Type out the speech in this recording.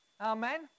Amen